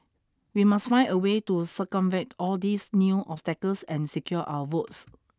we must find a way to circumvent all these new obstacles and secure our votes